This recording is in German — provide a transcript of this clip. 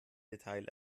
detail